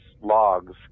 logs